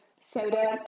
soda